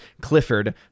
Clifford